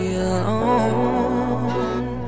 alone